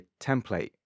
template